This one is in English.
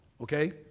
Okay